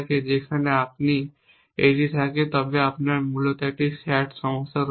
যেখানে আপনার এটি থাকে তবে আপনার মূলত একটি স্যাট সমস্যা রয়েছে